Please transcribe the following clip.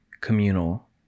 communal